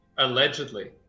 Allegedly